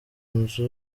nzu